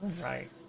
Right